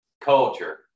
culture